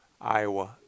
Iowa